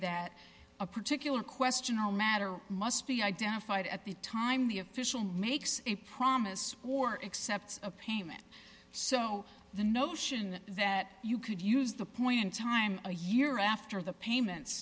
that a particular question no matter must be identified at the time the official makes a promise or excepts a payment so the notion that you could use the point in time a year after the payments